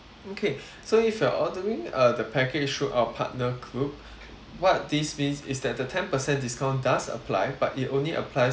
okay so if you're ordering uh the package through our partner group what this means is that the ten percent discount does apply but it only applies